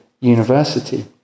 university